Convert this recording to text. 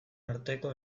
arteko